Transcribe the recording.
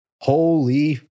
holy